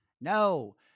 No